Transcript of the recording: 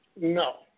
No